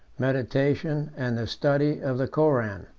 meditation, and the study of the koran.